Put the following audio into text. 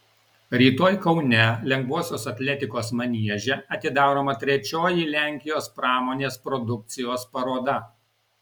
rytoj kaune lengvosios atletikos manieže atidaroma trečioji lenkijos pramonės produkcijos paroda